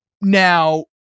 now